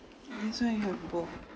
so I can have both